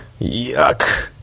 Yuck